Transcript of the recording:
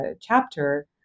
chapter